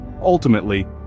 ultimately